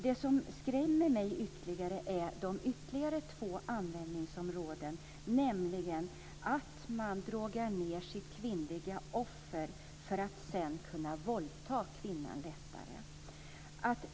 Det som skrämmer mig är de ytterligare två användningsområdena. Man drogar ned sitt kvinnliga offer för att sedan kunna våldta kvinnan lättare.